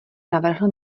navrhl